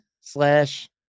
slash